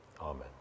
Amen